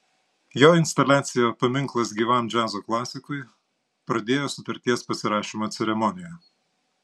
jo instaliacija paminklas gyvam džiazo klasikui pradėjo sutarties pasirašymo ceremoniją